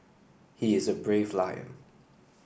he is a brave lion